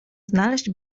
znaleźć